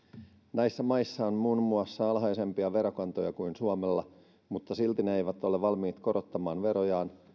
näissä maissa on muun muassa alhaisempia verokantoja kuin suomella mutta silti ne eivät ole valmiita korottamaan verojaan